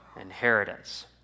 inheritance